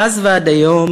מאז ועד היום